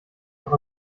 noch